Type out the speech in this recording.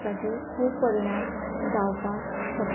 ताचेर खूब परिणाम जावपाक शकता